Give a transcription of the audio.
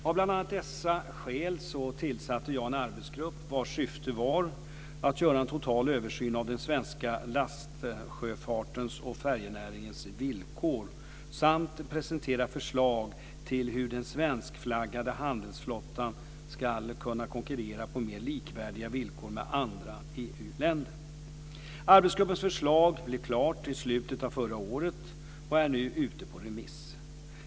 Av bl.a. dessa skäl tillsatte jag en arbetsgrupp vars syfte var att göra en total översyn av den svenska lastsjöfartens och färjenäringens villkor samt presentera förslag till hur den svenskflaggade handelsflottan ska kunna konkurrera på mer likvärdiga villkor med andra EU-länder. Arbetsgruppens förslag blev klart i slutet av förra året och är nu ute på remiss.